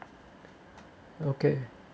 okay